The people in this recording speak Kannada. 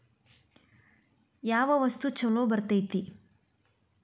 ಯಾವ ವಸ್ತು ಛಲೋ ಬರ್ತೇತಿ?